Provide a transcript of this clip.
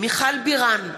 מיכל בירן,